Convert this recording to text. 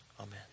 Amen